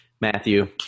Matthew